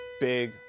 big